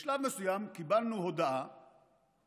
בשלב מסוים קיבלנו הודעה